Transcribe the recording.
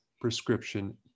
prescription